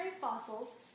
fossils